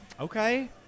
Okay